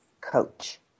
coach